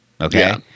okay